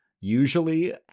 Usually